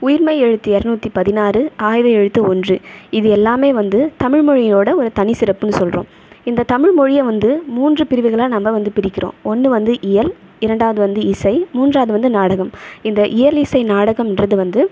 உயிர்மெய் எழுத்து இருநூற்றி பதினாறு ஆயுத எழுத்து ஒன்று இது எல்லாமே வந்து தமிழ் மொழியோடய ஒரு தனிச்சிறப்புனு சொல்கிறோம் இந்த தமிழ்மொழியை வந்து மூன்று பிரிவுகளாக நாம வந்து பிரிக்கிறோம் ஒன்று வந்து இயல் இரண்டாவது வந்து இசை மூன்றாவது வந்து நாடகம் இந்த இயல் இசை நாடகம்ன்றது வந்து